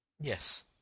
Yes